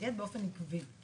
מתנגד באופן עקבי.